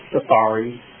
Safari